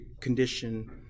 condition